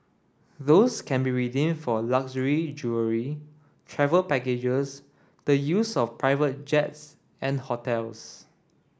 those can be redeemed for luxury jewellery travel packages the use of private jets and hotels